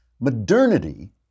Modernity